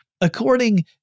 According